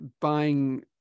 buying